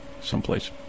someplace